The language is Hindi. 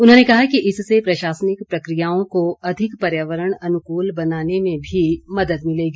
उन्होंने कहा कि इससे प्रशासनिक प्रक्रियाओं को अधिक पर्यावरण अनुकूल बनाने में भी मदद मिलेगी